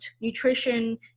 nutrition